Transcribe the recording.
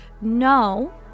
No